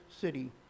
city